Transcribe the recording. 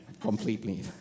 completely